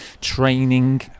training